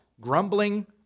grumbling